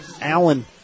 Allen